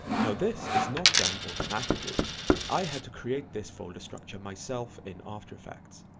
now this is not done automatically i had to create this folder structure myself in after effects.